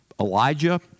Elijah